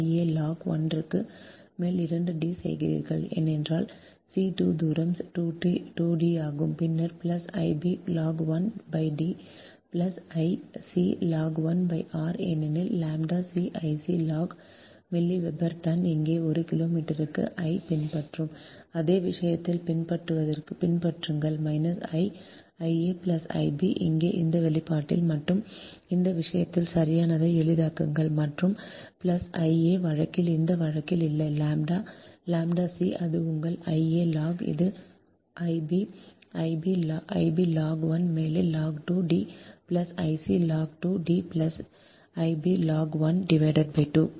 4605 I a log 1 க்கு மேல் 2 D செய்கிறீர்கள் ஏனென்றால் c 2 தூரம் 2 D ஆகும் பின்னர் plus I b log 1 D plus I c log 1 r ஏனெனில் ʎ c I c log milli weber turn இங்கே ஒரு கிலோமீட்டருக்கும் I பின்பற்றும் அதே விஷயத்தைப் பின்பற்றுங்கள் minus I I a plus I b இங்கே இந்த வெளிப்பாட்டில் மட்டுமே இந்த விஷயத்தில் சரியானதை எளிதாக்குங்கள் மற்றும் பிளஸ் Ia வழக்கில் இந்த வழக்கில் இல்லைʎʎ c அது உங்கள் I a log இது I b I b log 1 மேலே log 2 D plus I c log 2 D plus I b log 1 D